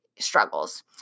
Struggles